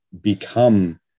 become